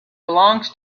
belongs